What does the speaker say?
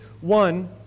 one